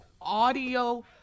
audio